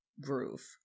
groove